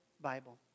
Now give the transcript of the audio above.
Bible